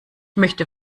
möchte